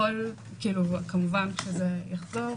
ככל שזה יחזור,